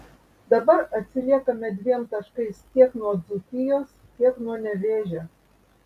dabar atsiliekame dviem taškais tiek nuo dzūkijos tiek nuo nevėžio